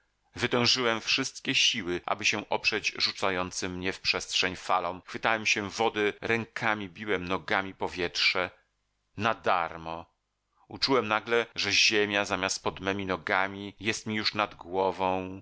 wytężyłem wszystkie siły aby się oprzeć rzucającym mnie w przestrzeń falom chwytałem się wody rękami biłem nogami powietrze nadarmo uczułem nagle że ziemia zamiast pod memi nogami jest mi już nad głową